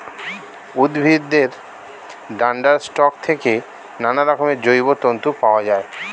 উদ্ভিদের ডান্ডার স্টক থেকে নানারকমের জৈব তন্তু পাওয়া যায়